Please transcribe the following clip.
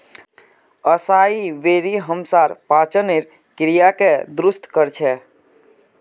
असाई बेरी हमसार पाचनेर क्रियाके दुरुस्त कर छेक